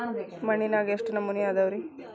ಮಣ್ಣಿನಾಗ ಎಷ್ಟು ನಮೂನೆ ಅದಾವ ರಿ?